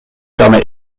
permet